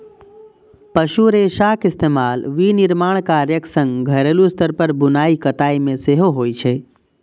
पशु रेशाक इस्तेमाल विनिर्माण कार्यक संग घरेलू स्तर पर बुनाइ कताइ मे सेहो होइ छै